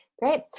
Great